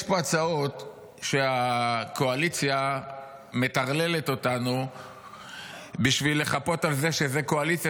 יש פה הצעות שהקואליציה מטרללת אותנו איתן בשביל לחפות על זה שזו קואליציה